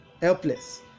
helpless